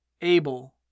Able